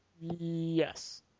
Yes